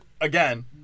again